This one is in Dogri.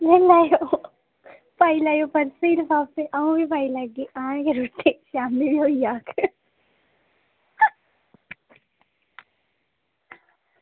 मोये माऐ ते पाई लैयो पर्से ई लफाफे ते आमीं पाई लैगी ते लेई आगेओ रुट्टी ते शामीं होई जाह्ग